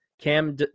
Cam